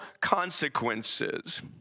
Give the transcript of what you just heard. consequences